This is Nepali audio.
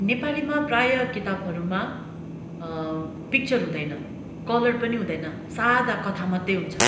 नेपालीमा प्रायः किताबहरूमा पिक्चर हुँदैन कलर पनि हुँदैन सादा कथा मात्रै हुन्छ